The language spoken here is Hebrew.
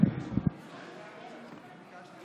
לא תמצאו